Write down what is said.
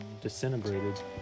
disintegrated